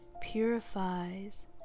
purifies